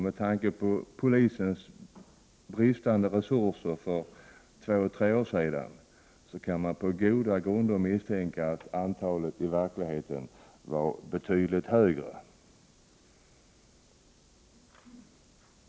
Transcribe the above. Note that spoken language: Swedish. Med tanke på polisens bristande resurser för två tre år sedan kan man på goda grunder misstänka att antalet i verkligheten var betydligt större.